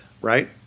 right